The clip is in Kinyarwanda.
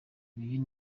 uyu